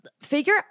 Figure